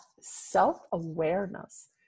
self-awareness